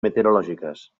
meteorològiques